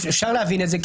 אפשר להבין את זה,